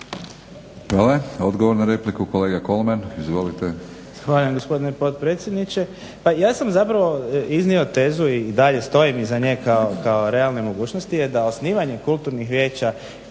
Hvala. Odgovor na repliku kolega Kolman. Izvolite.